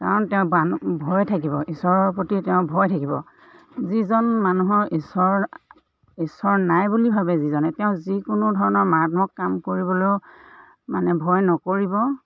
কাৰণ তেওঁ বান ভয় থাকিব ঈশ্বৰৰ প্ৰতি তেওঁ ভয় থাকিব যিজন মানুহৰ ঈশ্বৰ ঈশ্বৰ নাই বুলি ভাবে যিজনে তেওঁ যিকোনো ধৰণৰ মাৰাত্মক কাম কৰিবলৈও মানে ভয় নকৰিব